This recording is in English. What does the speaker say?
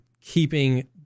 keeping